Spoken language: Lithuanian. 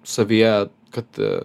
savyje kad